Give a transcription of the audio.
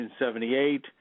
1978